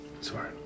sorry